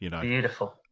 Beautiful